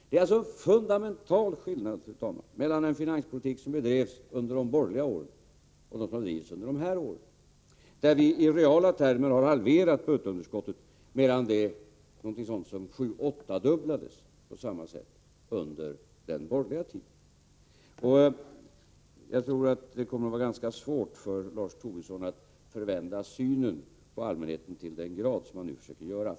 Det är alltså en fundamental skillnad, fru talman, mellan den finanspolitik som bedrevs under de borgerliga åren och den som bedrivs under de här åren, då vi i reala termer har halverat budgetunderskottet, medan det på samma sätt sju åttadubblades under den borgerliga tiden. Jag tror att det kommer att vara ganska svårt för Lars Tobisson att förvända synen på allmänheten till den grad som han nu försöker göra.